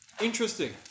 Interesting